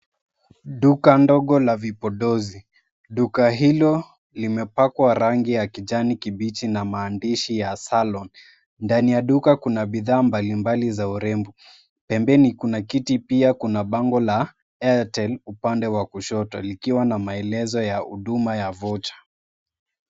Duka dogo la vipondozi limepakwa rangi ya kijani kibichi na maandishi ya salon , ndani yake kuna bidhaa mbali mbali za urembo, pembeni kipo kiti pia bango la Airtel upande wa kushoto likiwa na maelezo ya huduma ya voucher .